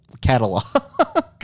catalog